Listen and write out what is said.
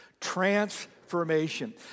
transformation